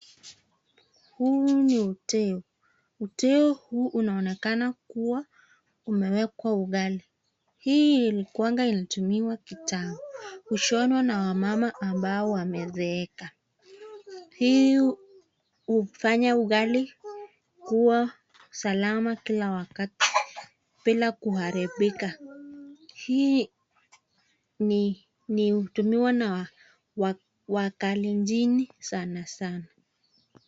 Huu ni uteo uteo huu inaonekana kuwa umewekwa ugali hii ilikuwanga inatumiwa kitambo hushonwa na wamama ambao wamezeeka hii ufanya ugali kuwa salama kila wakati bila kuharibika hii hitumiwa na wakalenjin sanasana